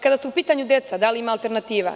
Kada su u pitanju deca, da li ima alternativa?